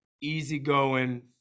easygoing